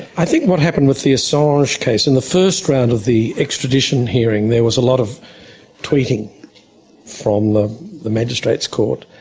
i think what happened with the assange case, in the first round of the extradition hearing there was a lot of tweeting from the the magistrate's court,